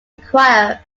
require